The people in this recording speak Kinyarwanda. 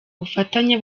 ubufatanye